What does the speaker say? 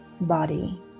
body